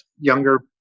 younger